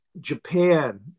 Japan